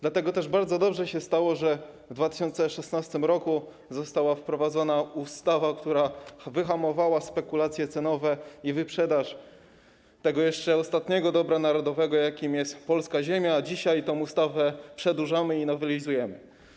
Dlatego też bardzo dobrze się stało, że w 2016 r. została wprowadzona ustawa, która wyhamowała spekulacje cenowe i wyprzedaż tego ostatniego dobra narodowego, jakim jest polska ziemia, a dzisiaj tę ustawę przedłużamy i nowelizujemy.